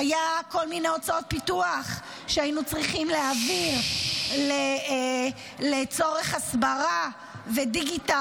היו כל מיני הוצאות פיתוח שהיינו צריכים להעביר לצורך הסברה ודיגיטל.